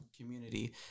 community